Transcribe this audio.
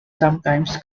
sometimes